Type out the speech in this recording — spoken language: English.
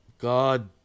God